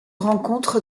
rencontre